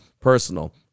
personal